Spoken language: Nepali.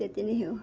त्यति नै हो